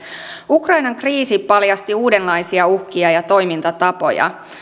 ukrainan kriisi paljasti uudenlaisia uhkia ja toimintatapoja